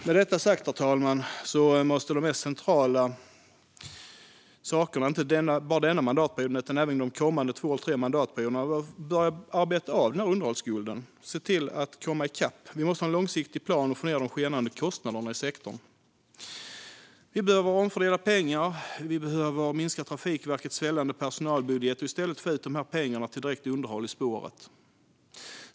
Med detta sagt måste det mest centrala, inte bara denna mandatperiod utan även de kommande två tre mandatperioderna, vara att arbeta av denna underhållsskuld och se till att komma i kapp. Vi måste ha en långsiktig plan och få ned de skenande kostnaderna i sektorn. Vi behöver omfördela pengar. Vi behöver minska Trafikverkets svällande personalbudget och i stället få ut dessa pengar till direkt underhåll i spåret.